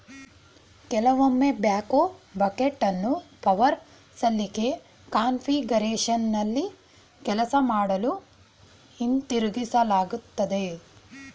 ಕೆಲವೊಮ್ಮೆ ಬ್ಯಾಕ್ಹೋ ಬಕೆಟನ್ನು ಪವರ್ ಸಲಿಕೆ ಕಾನ್ಫಿಗರೇಶನ್ನಲ್ಲಿ ಕೆಲಸ ಮಾಡಲು ಹಿಂತಿರುಗಿಸಲಾಗ್ತದೆ